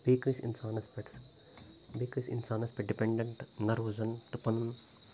بییہِ کٲنٛسہِ اِنسانَس پٮ۪ٹھ بییہِ کٲنٛسہِ اِنسانَس پٮ۪ٹھ ڈِپیٚنڈنٛٹ نہ روزَن تہٕ پَنُن